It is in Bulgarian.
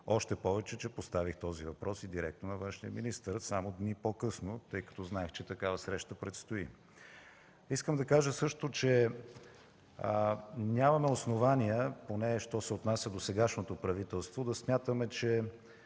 още повече, че поставих този въпрос директно на външния министър само дни по-късно, тъй като знаех, че такава среща предстои. Искам да кажа също, че нямаме основания, поне що се отнася до сегашното правителство, да смятаме, че